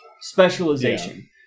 Specialization